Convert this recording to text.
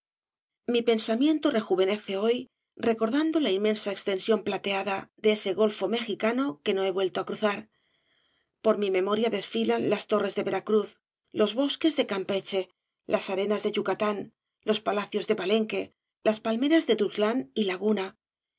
mi pensamiento rejuvenece hoy recordando la inmensa extensión plateada de ese golfo mexicano que no he vuelto á cruzar por mi memoria desfilan las torres de veracruz los bosques de campeche las arenas de yucatán los palacios de palenque las palmeras de tuxtlan y laguna